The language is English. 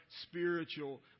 Spiritual